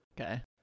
Okay